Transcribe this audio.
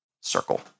circle